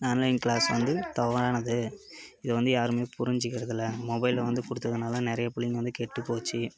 online class வந்து தவறானது இதை வந்து யாருமே புரிஞ்சுக்கிறதில்ல மொபைல் வந்து கொடுத்ததுனால நிறைய பிள்ளைங்க வந்து கெட்டு போச்சு